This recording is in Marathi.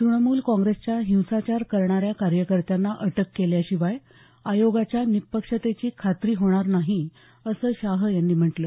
तुणमूल काँग्रेसच्या हिंसाचार करणाऱ्या कार्यकत्यांना अटक केल्याशिवाय आयोगाच्या निपक्षतेची खात्री होणार नाही असं शाह यांनी म्हटलं